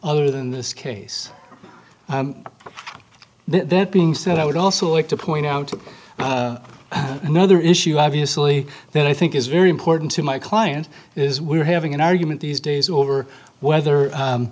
other than this case then being said i would also like to point out another issue obviously then i think is very important to my client is we're having an argument these days over whether